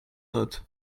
not